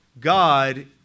God